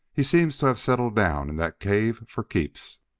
he seems to have settled down in that cave for keeps.